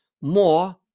more